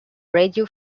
radio